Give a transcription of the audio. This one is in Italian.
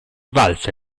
valse